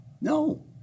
no